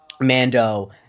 Mando